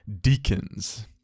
deacons